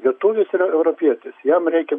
lietuvis yra europietis jam reikia